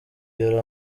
yari